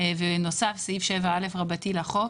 ונוסף סעיף 7א רבתי לחוק,